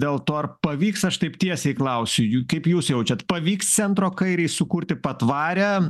dėl to ar pavyks aš taip tiesiai klausiu jų kaip jūs jaučiat pavyks centro kairei sukurti patvarią